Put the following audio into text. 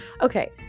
okay